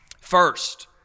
First